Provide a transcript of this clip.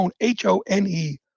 H-O-N-E